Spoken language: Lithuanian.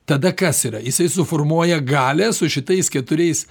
tada kas yra jisai suformuoja galią su šitais keturiais